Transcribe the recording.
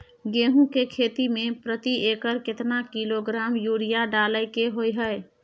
गेहूं के खेती में प्रति एकर केतना किलोग्राम यूरिया डालय के होय हय?